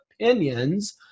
opinions